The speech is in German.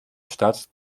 stadt